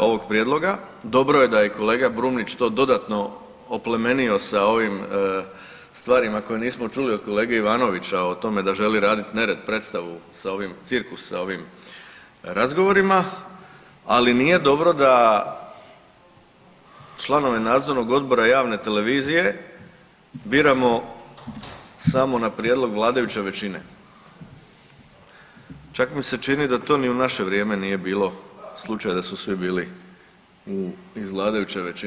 ovog prijedloga, dobro je da je kolega Brumnić to dodatno oplemenio sa ovim stvarima koje nismo čuli od kolege Ivanovića o tome da želi raditi nered predstavu, cirkus sa ovim razgovorima, ali nije dobro da članovi nadzornog odbora javne televizije biramo sa na prijedlog vladajuće većine, čak mi se čini da to ni u naše vrijeme nije bilo slučaj da su svi bili iz vladajuće većine.